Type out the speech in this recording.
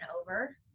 over